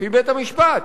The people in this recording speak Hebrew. לפי בית-המשפט,